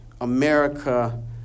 America